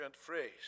phrase